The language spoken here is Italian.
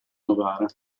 novara